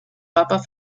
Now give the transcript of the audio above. papa